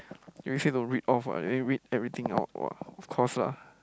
you say don't read off what then you read everything off of course lah